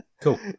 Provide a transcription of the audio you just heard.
Cool